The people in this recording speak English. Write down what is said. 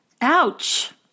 Ouch